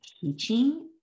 teaching